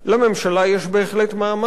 לממשלה יש בהחלט מעמד,